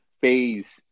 phase